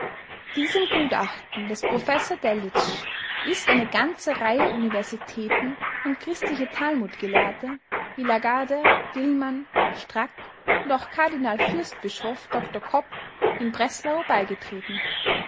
diesem gutachten des prof delitzsch ist eine ganze reihe universitäten und christliche talmudgelehrte wie lagaarde dillmann strack und auch kardinal fürstbischof dr kopp in breslau beigetreten